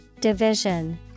Division